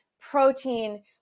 protein